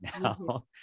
now